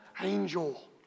angel